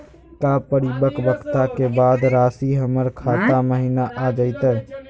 का परिपक्वता के बाद रासी हमर खाता महिना आ जइतई?